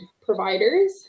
providers